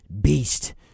beast